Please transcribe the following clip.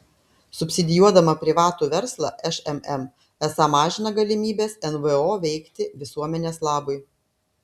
subsidijuodama privatų verslą šmm esą mažina galimybes nvo veikti visuomenės labui